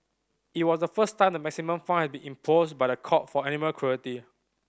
it was the first time the maximum fine be imposed by the court for animal cruelty